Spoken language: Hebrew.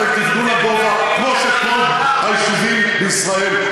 אתם תבנו לגובה כמו כל היישובים בישראל.